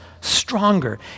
stronger